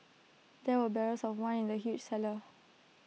there were barrels of wine in the huge cellar